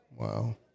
Wow